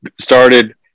started